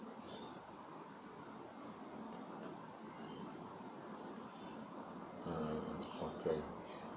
um okay